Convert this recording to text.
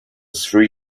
sri